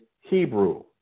Hebrew